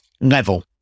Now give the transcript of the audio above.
level